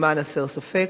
למען הסר ספק,